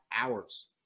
hours